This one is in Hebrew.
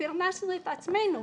ופרנסנו את עצמנו.